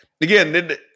Again